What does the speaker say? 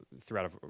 throughout